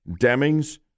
Demings